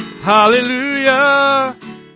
Hallelujah